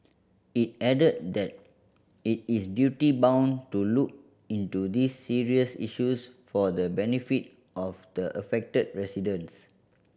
it added that it is duty bound to look into these serious issues for the benefit of the affected residents